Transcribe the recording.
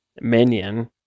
minion